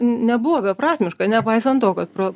nebuvo beprasmiška nepaisant to kad pro